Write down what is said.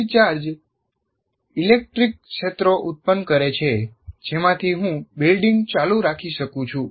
સ્થિર charge electric ક્ષેત્રો ઉત્પન્ન કરે છે જેમાંથી હું બિલ્ડિંગ ચાલુ રાખી શકું છું